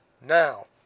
Now